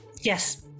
yes